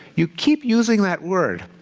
you keep using that word.